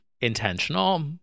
intentional